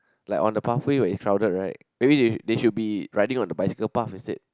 like on the pathway where it's crowded right maybe they they should be riding on the bicycle path instead